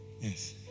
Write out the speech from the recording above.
yes